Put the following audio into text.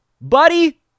Buddy